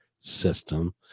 system